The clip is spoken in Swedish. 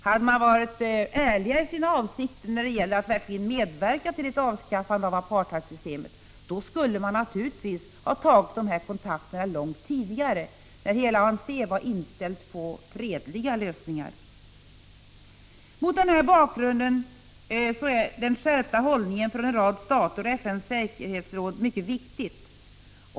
Hade de varit ärliga i sina avsikter när det gäller att verkligen medverka till ett avskaffande av apartheidsystemet skulle de naturligtvis ha tagit dessa Prot. 1985/86:53 kontaker långt tidigare, när hela ANC var inställd på fredliga lösningar. 17 december 1985 Mot denna bakgrund är den skärpta hållningen från en rad stater och FN:s säkerhetsråd mycket viktig.